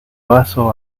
vaso